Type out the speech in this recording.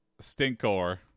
Stinkor